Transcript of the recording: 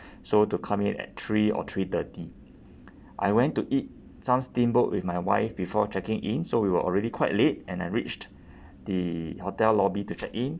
so to come in at three or three thirty I went to eat some steamboat with my wife before checking in so we were already quite late and I reached the hotel lobby to check in